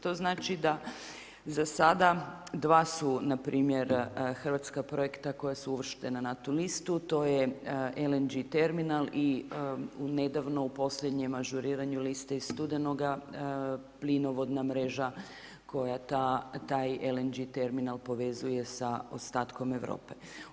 To znači da za sada, 2 su npr. hrvatska projekta koja su uvrštena na tu listu, to je LNG terminal i nedavno u posljednjem ažuriranju iz listi iz studenoga plinovodna mreža koja taj LNG terminal povezuje sa ostatkom Europe.